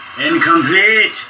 Incomplete